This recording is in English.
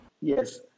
Yes